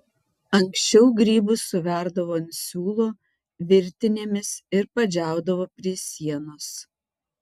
anksčiau grybus suverdavo ant siūlo virtinėmis ir padžiaudavo prie sienos